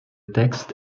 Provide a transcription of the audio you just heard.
texte